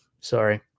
Sorry